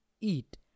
eat